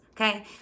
okay